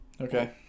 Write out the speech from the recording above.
Okay